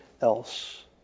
else